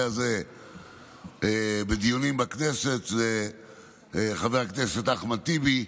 הזה בדיונים בכנסת הוא חבר הכנסת אחמד טיבי.